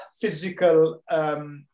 physical